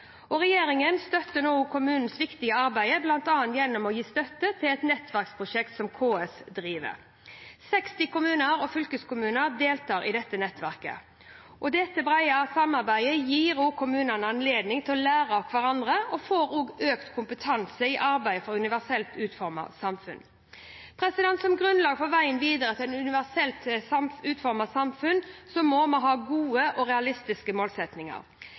Regjeringen støtter kommunenes viktige arbeid, bl.a. gjennom å gi støtte til et nettverksprosjekt som KS driver. 60 kommuner og fylkeskommuner deltar i dette nettverket. Dette brede samarbeidet gir kommunene anledning til å lære av hverandre, og de får økt sin kompetanse i arbeidet for et universelt utformet samfunn. Som grunnlag for veien videre til et universelt utformet samfunn må vi ha gode og realistiske